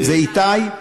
זה איתי.